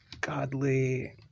godly